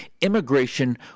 immigration